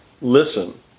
Listen